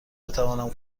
بتوانم